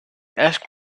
asked